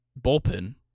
bullpen